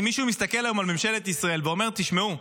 אם מישהו מסתכל היום על ממשלת ישראל ואומר: תשמעו,